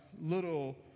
little